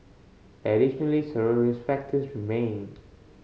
additionally several risk factors remain